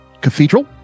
cathedral